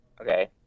Okay